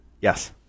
Yes